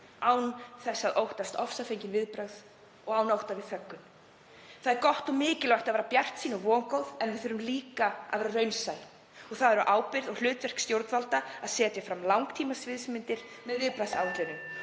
án þess að óttast ofsafengin viðbrögð og án ótta við þöggun. Það er gott og mikilvægt að vera bjartsýn og vongóð en við þurfum líka að vera raunsæ. Það er á ábyrgð stjórnvalda og hlutverk þeirra að setja fram langtímasviðsmyndir með viðbragðsáætlunum.